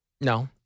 No